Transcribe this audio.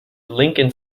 lincoln